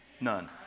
None